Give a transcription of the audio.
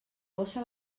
gossa